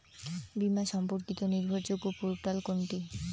বীমা সম্পর্কিত নির্ভরযোগ্য পোর্টাল কোনটি?